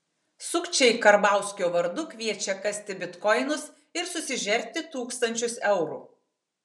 sukčiai karbauskio vardu kviečia kasti bitkoinus ir susižerti tūkstančius eurų